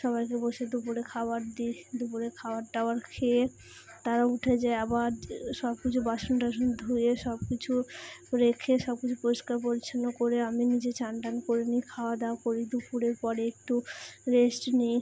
সবাইকে বসে দুপুরে খাবার দিই দুপুরে খাওয়ার টাওয়ার খেয়ে তারা উঠে যায় আবার সব কিছু বাসন টাসন ধুয়ে সব কিছু রেখে সব কিছু পরিষ্কার পরিচ্ছন্ন করে আমি নিজে স্নান টান করে নিই খাওয়া দাওয়া করি দুপুরের পরে একটু রেস্ট নিই